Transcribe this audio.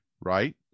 right